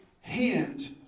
hand